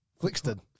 Flixton